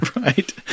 Right